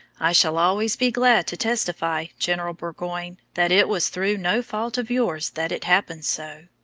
i shall always be glad to testify, general burgoyne, that it was through no fault of yours that it happened so.